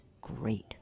great